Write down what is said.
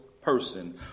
person